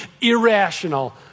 irrational